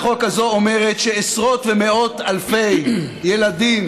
הצעת החוק הזאת אומרת שעשרות ומאות אלפי ילדים